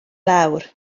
lawr